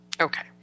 Okay